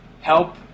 help